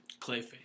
Clayface